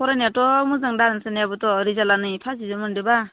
फरायनायाथ' मोजां दा नोंसोरनियाबोथ' रिजाल्टाबो एफा बिदि मोनदोंबा